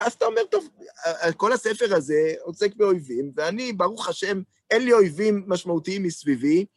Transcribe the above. אז אתה אומר, טוב, כל הספר הזה עוסק באויבים, ואני, ברוך השם, אין לי אויבים משמעותיים מסביבי.